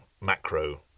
macro